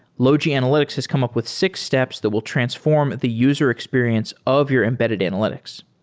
logi analytics has come up with six steps that will transform the user experience of your embedded analytics.